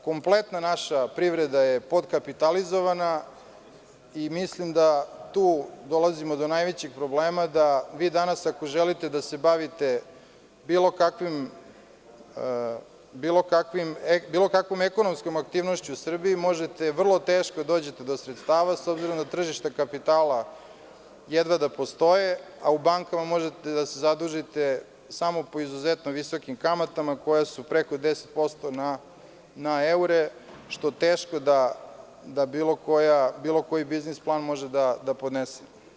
Kompletna naša privreda je podkapitalizovana i mislim da tu dolazimo do najvećeg problema da vi danas, ako želite da se bavite bilo kakvom ekonomskom aktivnošću u Srbiji, možete vrlo teško da dođete do sredstava, s obzirom da tržište kapitala, jedva da postoji, a u bankama možete da se zadužite samo po izuzetno visokim kamatama koje su preko 10% na eure, što teško da bilo koji biznis plan može da podnese.